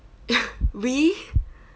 we